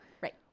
Right